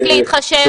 פתיחת החינוך,